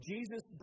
Jesus